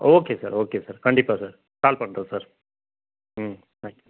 okay sir okay sir கண்டிப்பாக sir call பண்ணுறேன் sir ம் தேங்கி யூ